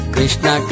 Krishna